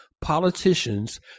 politicians